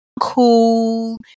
cool